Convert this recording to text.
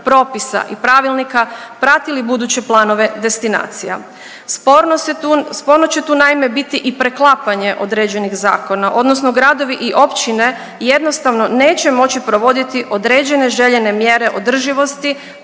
propisa i pravilnika pratili buduće planove destinacija. Sporno se tu, sporno će tu naime biti i preklapanje određenih zakona odnosno gradovi i općine jednostavno neće moći provoditi određene željene mjere održivosti